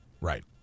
right